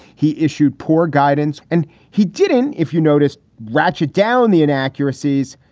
he issued poor guidance and he didn't. if you noticed, ratchet down the inaccuracies.